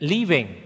Leaving